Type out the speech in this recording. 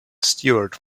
stewart